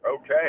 Okay